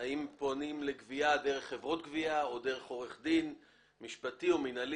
האם פונים לגבייה דרך חברות גבייה או דרך עורך דין משפטי או מנהלי